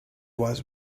was